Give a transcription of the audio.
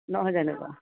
নহয় জানো বাৰু